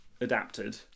adapted